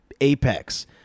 apex